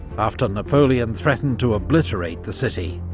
after napoleon threatened to obliterate the city,